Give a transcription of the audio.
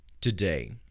today